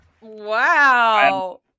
Wow